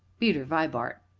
peter vibart!